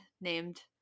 named